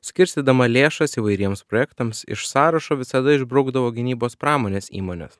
skirstydama lėšas įvairiems projektams iš sąrašo visada išbrukdavo gynybos pramonės įmones